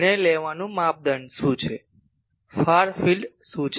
નિર્ણય લેવાનું માપદંડ શું છે ફાર ફિલ્ડ શું છે